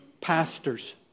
pastors